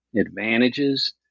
advantages